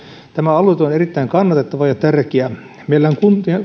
tämä aloite on erittäin kannatettava ja tärkeä meillä on